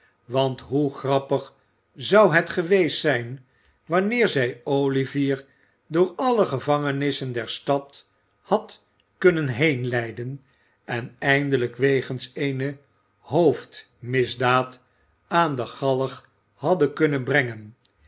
want hoe grappig zou het geweest zijn wanneer zij olivier door alle gevangenissen der stad had kunnen heen leiden en eindelijk wegens eene hoofdmisdaad aan de galg hadden kunnen brengen